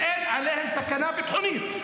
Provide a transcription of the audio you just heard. כי אין עליהם סכנה ביטחונית.